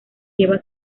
lleva